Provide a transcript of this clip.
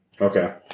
Okay